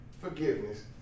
forgiveness